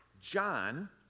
John